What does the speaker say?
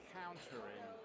countering